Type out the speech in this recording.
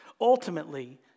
Ultimately